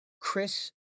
Chris